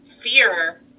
fear